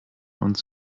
uns